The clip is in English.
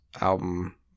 album